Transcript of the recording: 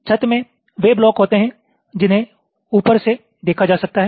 छत में वे ब्लॉक होते हैं जिन्हें ऊपर से देखा जा सकता है